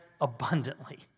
abundantly